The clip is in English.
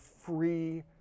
free